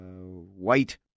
white